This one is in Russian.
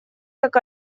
как